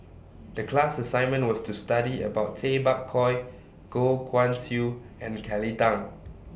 The class assignment was to study about Tay Bak Koi Goh Guan Siew and Kelly Tang